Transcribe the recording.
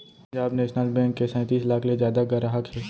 Punjab national bank के सैतीस लाख ले जादा गराहक हे